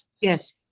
Yes